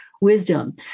wisdom